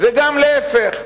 וגם להיפך.